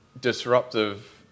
disruptive